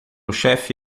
chefe